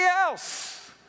else